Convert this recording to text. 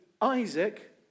Isaac